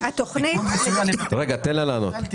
על זה.